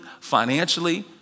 financially